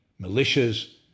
militias